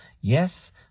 yes